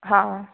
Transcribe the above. हाँ